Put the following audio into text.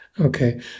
Okay